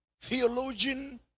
theologian